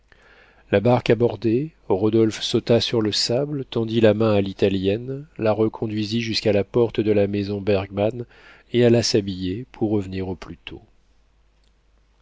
la barque abordait rodolphe sauta sur le sable tendit la main à l'italienne la reconduisit jusqu'à la porte de la maison bergmann et alla s'habiller pour revenir au plus tôt